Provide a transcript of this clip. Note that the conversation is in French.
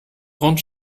grandes